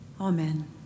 Amen